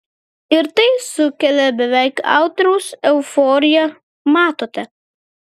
ir tai sukelia beveik autoriaus euforiją matote